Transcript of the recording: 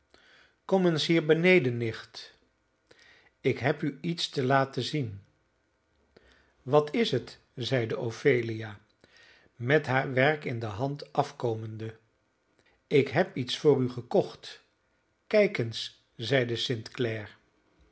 kom eens hier beneden nicht ik heb u iets te laten zien wat is het zeide ophelia met haar werk in de hand afkomende ik heb iets voor u gekocht kijk eens zeide st